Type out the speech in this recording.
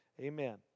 Amen